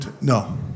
no